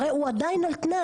הרי הוא עדיין על תנאי,